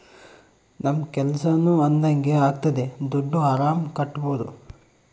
ನಮ್ ಕೆಲ್ಸನೂ ಅದಂಗೆ ಆಗ್ತದೆ ದುಡ್ಡು ಆರಾಮ್ ಕಟ್ಬೋದೂ